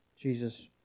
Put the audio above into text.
Jesus